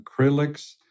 acrylics